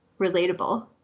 relatable